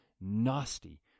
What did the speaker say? nasty